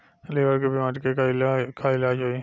Liver के बीमारी के का इलाज होई?